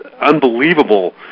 unbelievable